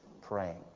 praying